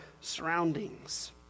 surroundings